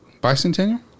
Bicentennial